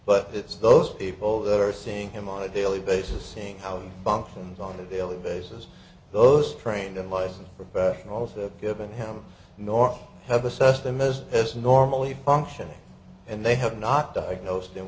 but it's those people that are seeing him on a daily basis seeing how it functions on a daily basis those trained and licensed professionals that given him nor have assessed him as as normally functioning and they have not diagnosed him